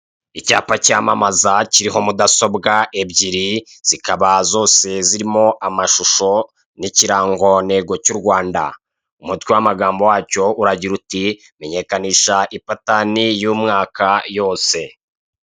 Icyapa cyamamaza kiriho mudasobwa ebyiri, zikaba zose zirimo amashusho, n'ikirangantego cy'u Rwanda. Umutwe w'amagambo wacyo uragira uti" menyekanisha ipatanti y'umwaka yose".